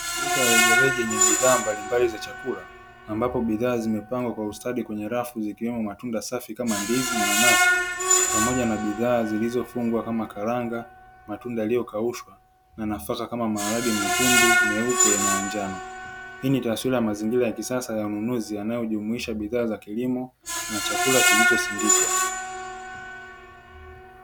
Duka lenyereje kwenye bidhaa mbalimbali za chakula ambapo bidhaa zimepangwa kwa ustadi kwenye rafu zikiwemo matunda safi kama ndizi na nanasi, pamoja na bidhaa zilizofungwa kama karanga matunda yaliyokaushwa na nafaka kama maharage nyekundu meupe na ya njano. Hii ni taswira ya mazingira ya kisasa ya ununuzi yanayojumuisha bidhaa za kilimo na chakula kilichosindikwa.